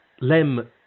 Lem